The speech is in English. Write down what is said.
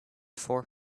four